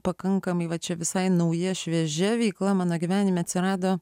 pakankamai va čia visai nauja šviežia veikla mano gyvenime atsirado